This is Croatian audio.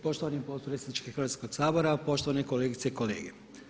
Poštovani potpredsjedniče Hrvatskog sabora, poštovane kolegice i kolege.